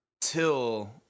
till